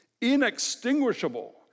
inextinguishable